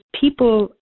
people